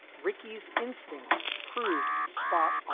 ricky's instincts proved spot ah